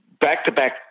back-to-back